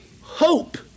hope